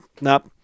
nope